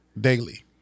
Daily